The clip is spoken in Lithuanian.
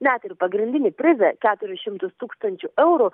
net ir pagrindinį prizą keturis šimtus tūkstančių eurų